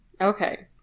Okay